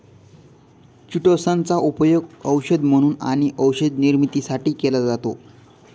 chitosan चा उपयोग औषध म्हणून आणि औषध निर्मितीसाठी केला जातो